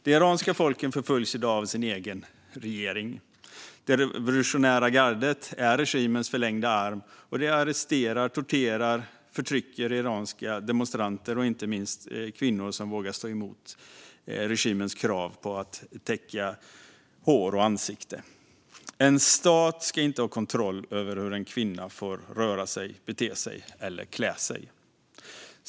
Det iranska folket förföljs i dag av sin egen regering. Det revolutionära gardet är regimens förlängda arm, och de arresterar, torterar och förtrycker iranska demonstranter, inte minst kvinnor som vågar stå emot regimens krav på att de ska täcka hår och ansikte. En stat ska inte ha kontroll över hur en kvinna får röra sig, bete sig eller klä sig.